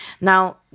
Now